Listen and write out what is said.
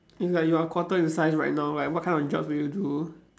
it's like you are quarter in size right now like what kind of jobs do you do